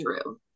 Drew